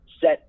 set